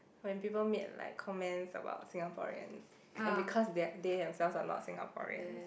when people made like comments about Singaporeans and because they they themselves are not Singaporeans